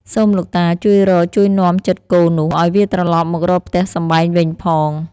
សូមលោកតាជួយរក ជួយនាំចិត្តគោនោះ ឲ្យវាត្រឡប់មករកផ្ទះសម្បែងវិញផង”